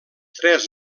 tres